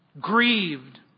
Grieved